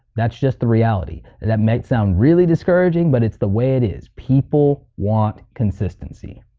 that's just the reality that may sound really discouraging but it's the way it is, people want consistency.